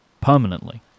permanently